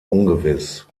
ungewiss